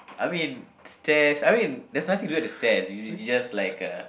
I mean stairs I mean there's nothing to do at the stairs you you just like uh